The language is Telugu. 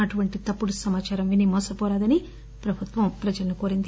అటువంటి తప్పుడు సమాచారం విని మోసవోరాదని ప్రభుత్వం ప్రజలను కోరింది